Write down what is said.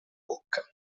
bocca